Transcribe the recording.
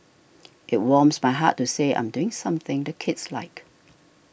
it warms my heart to say I'm doing something the kids like